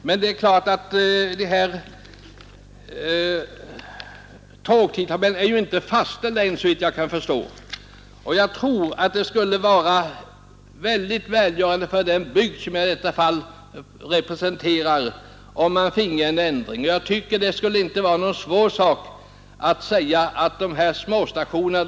Men tågtidtabellen är inte fastställd, såvitt jag förstår och jag tror att det skulle vara välgörande för den bygd som jag representerar att tågen alltjämt gjorde uppehåll vid de små stationerna.